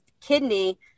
kidney